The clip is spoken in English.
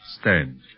stand